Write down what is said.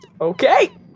Okay